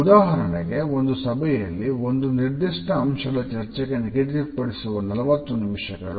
ಉದಾಹರಣೆಗೆ ಒಂದು ಸಭೆಯಲ್ಲಿ ಒಂದು ನಿರ್ದಿಷ್ಟ ಅಂಶದ ಚರ್ಚೆಗೆ ನಿಗದಿಪಡಿಸುವ 40 ನಿಮಿಷಗಳು